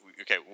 okay